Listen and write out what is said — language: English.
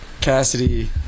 Cassidy